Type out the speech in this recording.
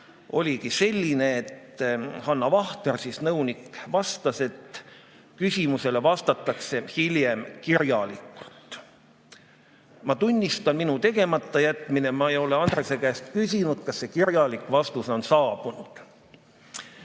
küsimus. Nõunik Hanna Vahter vastas, et küsimusele vastatakse hiljem kirjalikult. Ma tunnistan oma tegematajätmist: ma ei ole Andrese käest küsinud, kas see kirjalik vastus on saabunud.